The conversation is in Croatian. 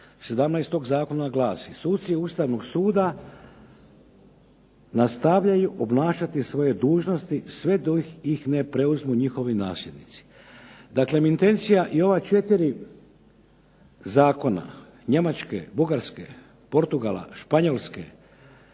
tog Zakona glasi: "Suci Ustavnog suda nastavljaju obnašati svoje dužnosti sve dok ih ne preuzmu njihovi nasljednici". Dakle, intencija ova četiri Zakona, Njemačke, Bugarske, Portugala, Španjolske,